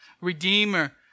Redeemer